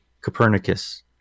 Copernicus